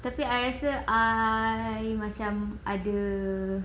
tapi I rasa I macam ada